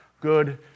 good